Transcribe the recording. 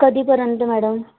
कधीपर्यंत मॅडम